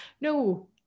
No